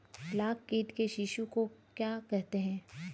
लाख कीट के शिशु को क्या कहते हैं?